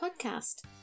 podcast